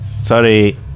Sorry